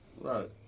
Right